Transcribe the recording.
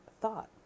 thought